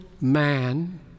man